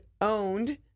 owned